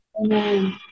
Amen